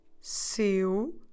SEU